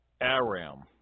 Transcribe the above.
Aram